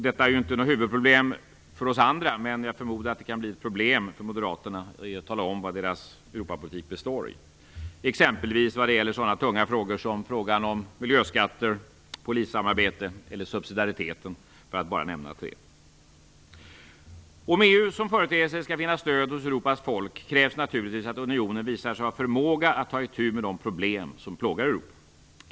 Detta är ju inte något huvudproblem för oss andra, men jag förmodar att det kan bli ett problem för Moderaterna att tala om vad deras Europapolitik består i, exempelvis vad gäller sådana tunga frågor som miljöskatter, polissamarbete och subsidiaritet för att bara nämna tre. Om EU som företeelse skall finna stöd hos Europas folk krävs naturligtvis att unionen visar sig ha förmåga att ta itu med de problem som plågar Europa.